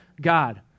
God